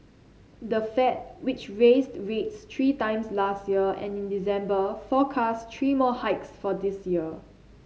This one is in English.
the Fed which raised rates three times last year and in December forecast three more hikes for this year